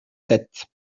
sept